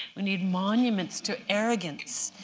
we need monuments to arrogance.